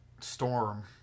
Storm